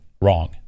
wrong